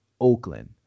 Oakland